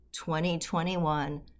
2021